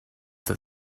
that